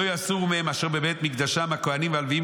לא יסור מהם אשר בבית מקדשם הכוהנים והלוויים